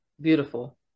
beautiful